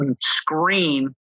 screen